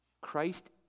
Christ